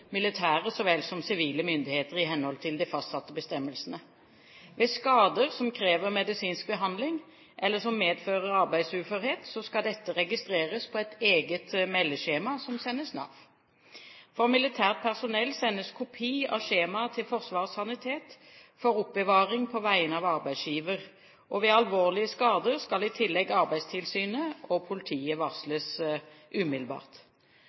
militære så vel som sivile myndigheter i henhold til de fastsatte bestemmelsene. Ved skader som krever medisinsk behandling eller som medfører arbeidsuførhet, skal dette registreres på et eget meldeskjema som sendes Nav. For militært personell sendes kopi av skjemaet til Forsvarets sanitet for oppbevaring på vegne av arbeidsgiver. Ved alvorlige skader skal i tillegg Arbeidstilsynet og politiet varsles umiddelbart.